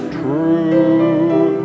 true